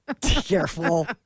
Careful